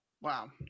Wow